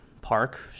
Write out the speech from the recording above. park